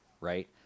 right